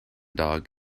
dog